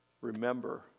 remember